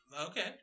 Okay